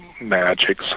magic